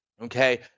okay